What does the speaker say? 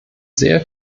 sehr